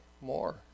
more